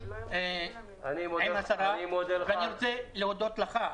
אני רוצה להודות לך,